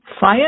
fire